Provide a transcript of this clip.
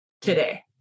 today